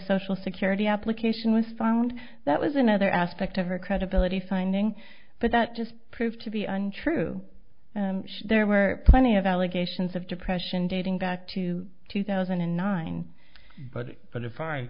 social security application was found that was another aspect of her credibility finding but that just proved to be untrue there were plenty of allegations of depression dating back to two thousand and nine but but if i